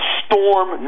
storm